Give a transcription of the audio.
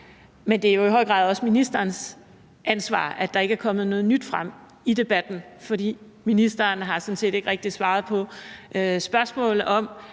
Men det er jo i høj grad også ministerens ansvar, at der ikke er kommet noget nyt frem i debatten, for ministeren har sådan set ikke rigtig svaret på spørgsmål om,